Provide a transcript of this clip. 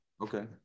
Okay